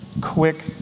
quick